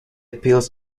pills